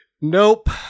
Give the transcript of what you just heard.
Nope